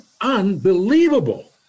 unbelievable